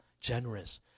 generous